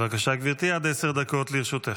בבקשה, גברתי, עד עשר דקות לרשותך.